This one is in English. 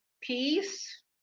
peace